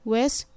West